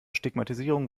stigmatisierung